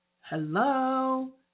hello